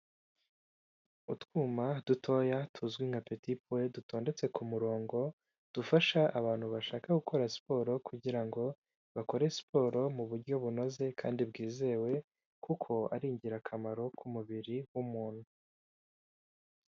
Utwuma dutoya tuzwi nka peti powe dutondetse ku murongo, dufasha abantu bashaka gukora siporo kugira ngo bakore siporo mu buryo bunoze kandi bwizewe, kuko ari ingirakamaro ku mubiri w'umuntu.